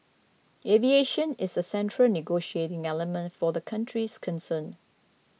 aviation is a central negotiating element for the countries concerned